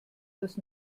das